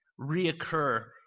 reoccur